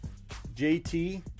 JT